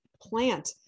plant